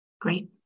Great